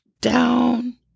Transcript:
down